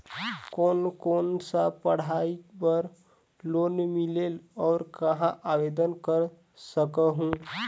कोन कोन सा पढ़ाई बर लोन मिलेल और कहाँ आवेदन कर सकहुं?